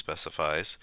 specifies